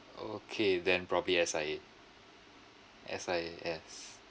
okay then probably S_I_A S_I_A yes